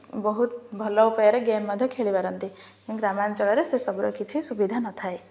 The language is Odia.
ବହୁତ ଭଲ ଉପାୟରେ ଗେମ୍ ମଧ୍ୟ ଖେଳିପାରନ୍ତି କିନ୍ତୁ ଗ୍ରାମାଞ୍ଚଳରେ ସେସବୁୁର କିଛି ସୁବିଧା ନଥାଏ